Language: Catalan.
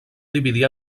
dividir